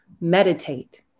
meditate